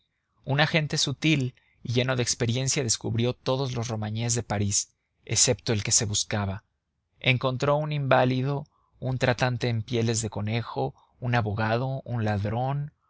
un agente sutil y lleno de experiencia descubrió todos los romagnés de parís excepto el que se buscaba encontró un inválido un tratante en pieles de conejo un abogado un ladrón